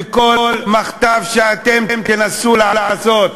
וכל מחטף שאתם תנסו לעשות,